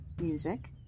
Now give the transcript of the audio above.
music